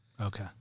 Okay